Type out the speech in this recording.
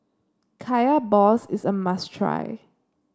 Kaya Balls is a must try